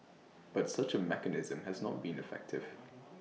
but such A mechanism has not been effective